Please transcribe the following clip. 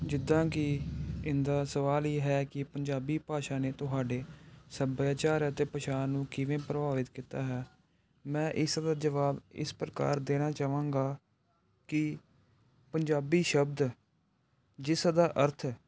ਜਿੱਦਾਂ ਕਿ ਇਹਨਾਂ ਦਾ ਸਵਾਲ ਇਹ ਹੈ ਕਿ ਪੰਜਾਬੀ ਭਾਸ਼ਾ ਨੇ ਤੁਹਾਡੇ ਸੱਭਿਆਚਾਰ ਅਤੇ ਪਛਾਣ ਨੂੰ ਕਿਵੇਂ ਪ੍ਰਭਾਵਿਤ ਕੀਤਾ ਹੈ ਮੈਂ ਇਸ ਦਾ ਜਵਾਬ ਇਸ ਪ੍ਰਕਾਰ ਦੇਣਾ ਚਾਹਵਾਂਗਾ ਕਿ ਪੰਜਾਬੀ ਸ਼ਬਦ ਜਿਸਦਾ ਅਰਥ